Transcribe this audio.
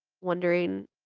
wondering